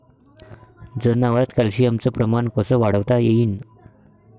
जनावरात कॅल्शियमचं प्रमान कस वाढवता येईन?